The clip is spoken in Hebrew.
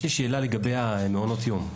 יש לי שאלה לגבי מעונות היום.